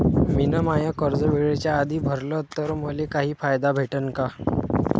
मिन माय कर्ज वेळेच्या आधी भरल तर मले काही फायदा भेटन का?